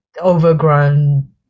overgrown